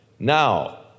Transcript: Now